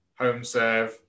Homeserve